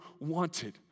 wanted